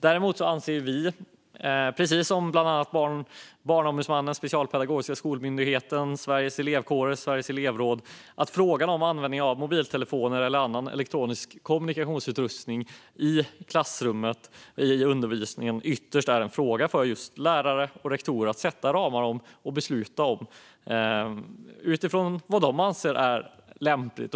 Däremot anser vi, precis som bland annat Barnombudsmannen, Specialpedagogiska skolmyndigheten, Sveriges Elevkårer och Sveriges Elevråd, att frågan om användning av mobiltelefoner eller annan elektronisk kommunikationsutrustning i klassrummet och undervisningen ytterst är en fråga för lärare och rektorer att sätta ramarna för och besluta om utifrån vad de anser är lämpligt.